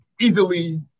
easily